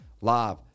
live